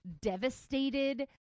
devastated